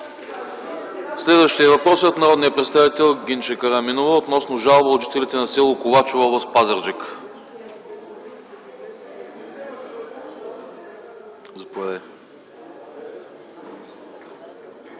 Следващият въпрос е от народния представител Гинче Караминова относно жалба от жителите на с. Ковачево, област Пазарджик. Заповядайте.